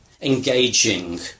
engaging